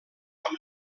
amb